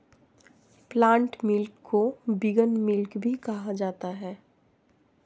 plant milk को vegan milk भी कहा जाता है